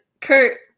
Kurt